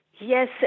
Yes